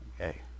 Okay